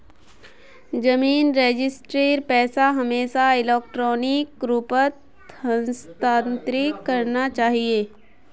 जमीन रजिस्ट्रीर पैसा हमेशा इलेक्ट्रॉनिक रूपत हस्तांतरित करना चाहिए